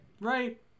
Right